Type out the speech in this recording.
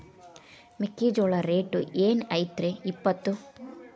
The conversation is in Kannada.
ಮೆಕ್ಕಿಜೋಳ ರೇಟ್ ಏನ್ ಐತ್ರೇ ಇಪ್ಪತ್ತು?